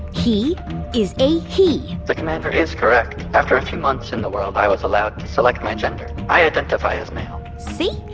he is a he! the commander is correct. after a few months in the world i was allowed to select my gender. i identify as male see?